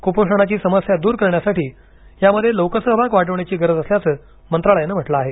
कुपोषणाची समस्या दूर करण्यासाठी यामध्ये लोकसहभाग वाढवण्याची गरज असल्याचं मंत्रालयानं म्हटलं आहे